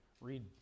read